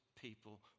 people